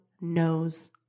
knows